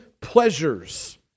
pleasures